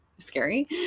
scary